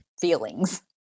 feelings